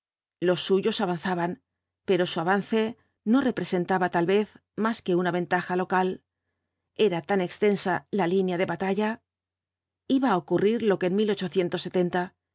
los suyos avanzaban pero su avance no representaba tal vez más que una ventaja local era tan extensa la línea de batalla iba á ocurrir lo que en el